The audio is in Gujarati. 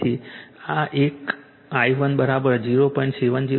તેથી આ એક I1 0